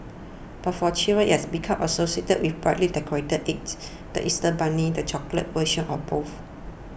but for children it has become associated with brightly decorated eggs the Easter bunny the chocolate versions of both